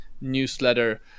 newsletter